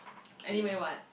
anyway what